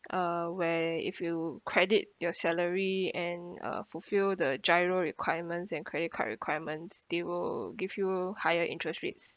uh where if you credit your salary and uh fulfill the GIRO requirements and credit card requirements they will give you higher interest rates